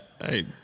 hey